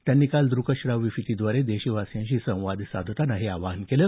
त्यांनी काल द्रकश्राव्य फिती द्वारे देशवासियांशी संवाद साधताना हे आवाहन केलं